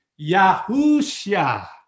Yahushua